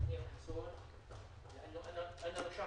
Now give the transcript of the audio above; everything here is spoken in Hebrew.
מרשות